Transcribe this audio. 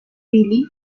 billie